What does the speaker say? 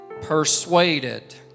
persuaded